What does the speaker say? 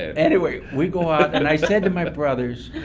anyway, we go out and i said to my brothers,